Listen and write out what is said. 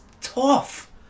tough